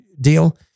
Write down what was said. deal